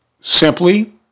Simply